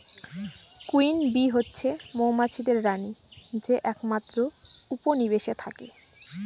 queen bee হচ্ছে মৌমাছিদের রানী যে একমাত্র উপনিবেশে থাকে